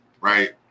right